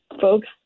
folks